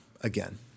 again